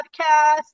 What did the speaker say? podcast